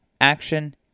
action